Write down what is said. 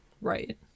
Right